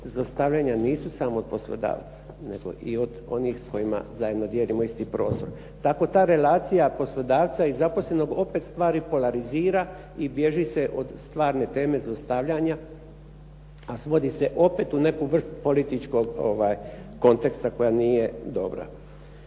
zlostavljanja nisu samo od poslodavaca, nego i od onih sa kojima zajedno dijelimo isti prostor. Tako ta relacija poslodavca i zaposlenog opet stvari polarizira i bježi se od stvarne teme zlostavljanja a svodi se opet u neku vrst političkog konteksta koja nije dobra.